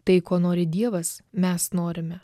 tai ko nori dievas mes norime